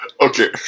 Okay